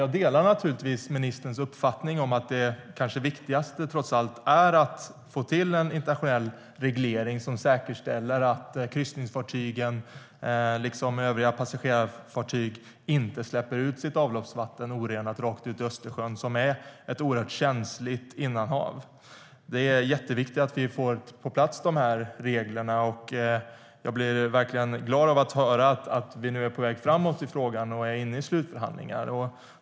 Jag delar naturligtvis ministerns uppfattning att det kanske viktigaste trots allt är att få till en internationell reglering som säkerställer att kryssningsfartygen liksom övriga passagerarfartyg inte släpper ut sitt orenade avloppsvatten i Östersjön, som är ett oerhört känsligt innanhav. Det är jätteviktigt att reglerna kommer på plats. Jag blev verkligen glad över att höra att man är på väg framåt i frågan och är inne i slutförhandlingar.